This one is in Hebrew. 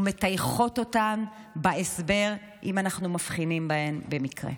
ומטייחות אותן בהסבר, אם אנחנו מבחינים בהן במקרה.